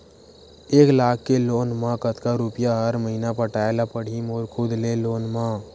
एक लाख के लोन मा कतका रुपिया हर महीना पटाय ला पढ़ही मोर खुद ले लोन मा?